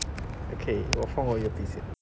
okay 我放我 earpiece 先